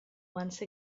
once